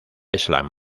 island